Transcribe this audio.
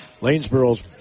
Lanesboro's